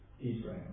Israel